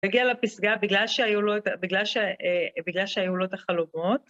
הגיע לפסגה בגלל שהיו לו את החלומות.